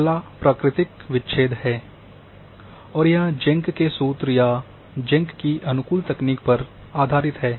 अगला प्राकृतिक विच्छेद है और यह जेंक के सूत्र या जेंक की अनुकूलन तकनीक पर आधारित है